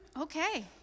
Okay